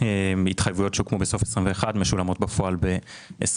התחייבויות שהוקמו בסוף 21' משולמות בפועל ב-22'.